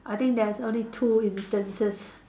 I think there's only two instances